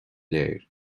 léir